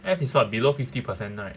F is what below fifty percent right